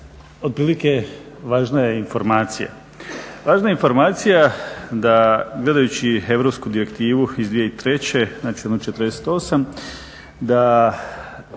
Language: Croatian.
otprilike važna je informacija da gledajući europsku direktivu iz 2003. znači onu